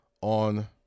on